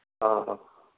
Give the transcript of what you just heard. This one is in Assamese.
অঁ অঁ